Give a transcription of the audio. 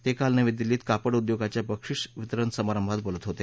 ते काल नवी दिल्लीत कापड उद्योगाच्या बक्षीस वितरण समारंभात बोलत होते